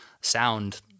sound